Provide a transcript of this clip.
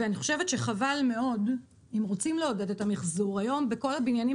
אם רוצים לעודד את המיחזור היום בכל הבניינים